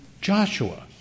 Joshua